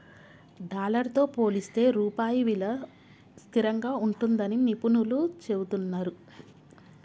dollar తో పోలిస్తే రూపాయి విలువ స్థిరంగా ఉంటుందని నిపుణులు చెబుతున్నరు